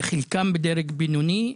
חלקם בדרג בינוני.